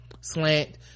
slant